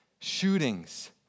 Shootings